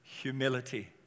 Humility